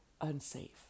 unsafe